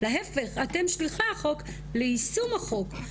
להפך, אתם שליחי החוק ליישום החוק.